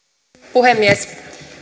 puhemies